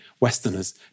Westerners